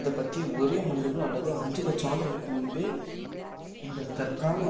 இதைப் பற்றி உரிய மனிதர்கள் அல்லது அஞ்சு லட்சம் ஆண்டுகளுக்கு முன்பே இந்த தற்கால